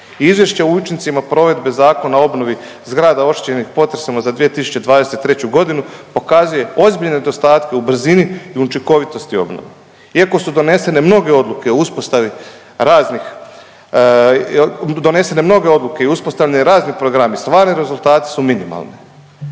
Izvješće o učincima provedbe Zakona o obnovi zgrada oštećenih potresom za 2023. godinu pokazuje ozbiljne nedostatke u brzini i učinkovitosti obnove. Iako su donesene mnoge odluke o uspostavi raznih, donesene mnoge odluke i ustavljeni